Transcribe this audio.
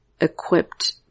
equipped